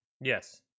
yes